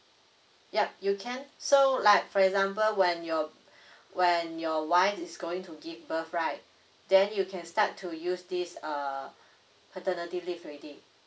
yup you can so like for example when your when your wife is going to give birth right then you can start to use this uh paternity leave already